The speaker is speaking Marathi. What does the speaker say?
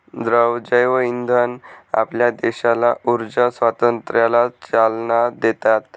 द्रव जैवइंधन आपल्या देशाला ऊर्जा स्वातंत्र्याला चालना देतात